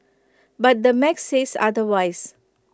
but the math says otherwise